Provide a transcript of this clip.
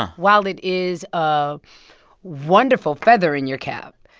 while it is a wonderful feather in your cap,